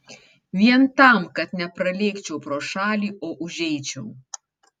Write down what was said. vien tam kad nepralėkčiau pro šalį o užeičiau